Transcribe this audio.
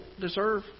deserve